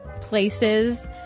places